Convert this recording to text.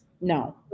No